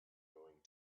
going